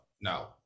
no